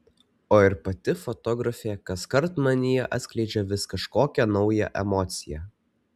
o ir pati fotografė kaskart manyje atskleidžia vis kažkokią naują emociją